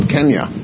Kenya